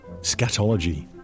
scatology